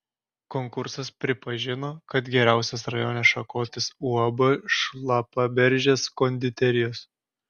konkursas pripažino kad geriausias rajone šakotis uab šlapaberžės konditerijos